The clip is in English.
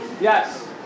Yes